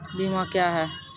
बीमा क्या हैं?